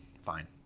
Fine